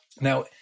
Now